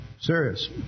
serious